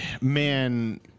man